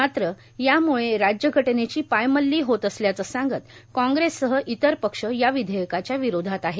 मात्र याम्ळे राज्यघटनेची पायमल्ली होत असल्याचं सांगत काँग्रेससह इतर पक्ष या विधेयकाच्या विरोधात आहेत